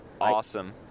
awesome